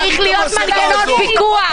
צריך להיות מנגנון פיקוח.